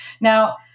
Now